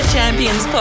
Champions